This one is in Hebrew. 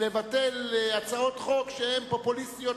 לבטל הצעות חוק שהן פופוליסטיות,